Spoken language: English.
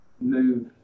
move